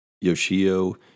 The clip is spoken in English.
Yoshio